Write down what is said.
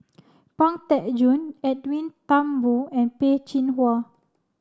Pang Teck Joon Edwin Thumboo and Peh Chin Hua